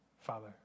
Father